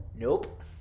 nope